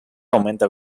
aumenta